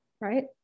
right